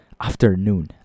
afternoon